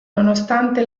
nonostante